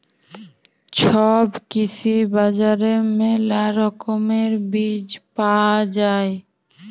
ছব কৃষি বাজারে মেলা রকমের বীজ পায়া যাই